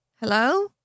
hello